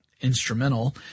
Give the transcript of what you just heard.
instrumental